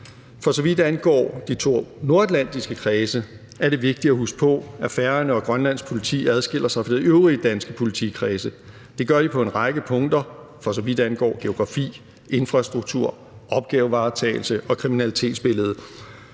For så vidt angår de to nordatlantiske kredse, er det vigtigt at huske på, at Færøernes og Grønlands politi adskiller sig fra de øvrige danske politikredse. Det gør de på en række punkter, for så vidt angår geografi, infrastruktur, opgavevaretagelse og kriminalitetsbilledet.